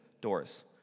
doors